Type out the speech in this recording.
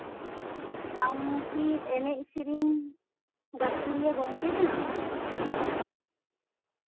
ᱟᱢᱠᱤ ᱮᱱᱮᱡ ᱥᱮᱨᱮᱧ ᱜᱟᱹᱠᱷᱩᱲᱤᱭᱟᱹ ᱜᱚᱝᱠᱮ ᱠᱟᱱᱟᱢ